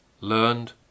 learned